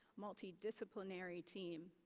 multidisciplinary team.